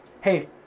hey